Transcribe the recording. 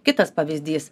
kitas pavyzdys